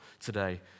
today